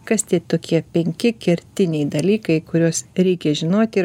kas tie tokie penki kertiniai dalykai kuriuos reikia žinoti ir